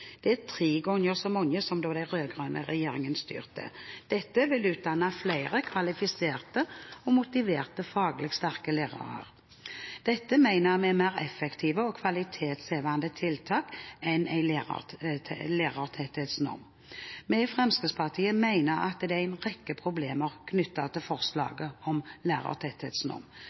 Det er tre ganger så mange som da den rød-grønne regjeringen styrte. Dette vil utdanne flere kvalifiserte, motiverte og faglig sterke lærere. Dette mener vi er mer effektive, kvalitetshevende tiltak enn en lærertetthetsnorm. Vi i Fremskrittspartiet mener at det er en rekke problemer knyttet til forslaget om